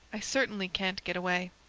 i certainly can't get away.